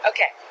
Okay